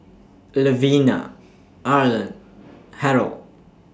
Levina Arlan Harrold